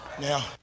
Now